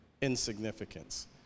insignificance